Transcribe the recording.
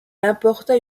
apporta